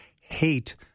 hate